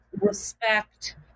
respect